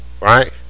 right